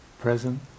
present